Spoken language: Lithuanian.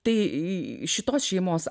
tai šitos šeimos